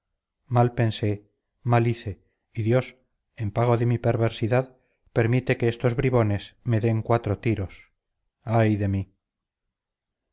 mal pensé mal hice y dios en pago de mi perversidad permite que estos bribones me den cuatro tiros ay de mí